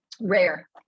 rare